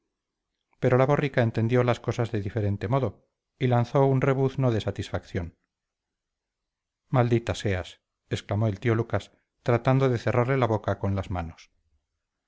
pero la borrica entendió las cosas de diferente modo y lanzó un rebuzno de satisfacción maldita seas exclamó el tío lucas tratando de cerrarle la boca con las manos